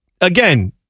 again